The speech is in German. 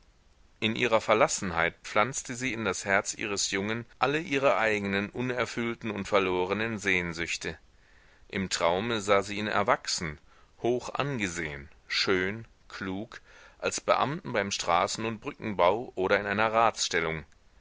in ihrer verlassenheit pflanzte sie in das herz ihres jungen alle ihre eigenen unerfüllten und verlorenen sehnsüchte im traume sah sie ihn erwachsen hochangesehen schön klug als beamten beim straßen und brückenbau oder in einer